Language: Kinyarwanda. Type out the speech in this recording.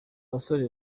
basore